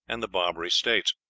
and the barbary states.